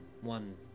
One